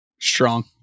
Strong